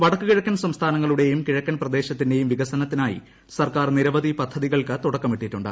വടക്ക് കിഴക്കൻ സ്റ്സ്ഥാനങ്ങളുടെയും കിഴക്കൻ പ്രദേശത്തിന്റെയും വികസന്ദത്തിനായി സർക്കാർ നിരവധി പദ്ധതികൾക്ക് ്തുടക്കമിട്ടിട്ടുണ്ട്